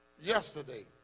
yesterday